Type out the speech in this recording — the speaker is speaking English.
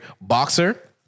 boxer